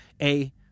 a-